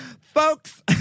folks